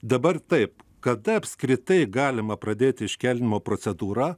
dabar taip kada apskritai galima pradėti iškeldinimo procedūrą